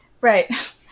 Right